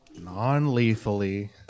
Non-lethally